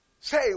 say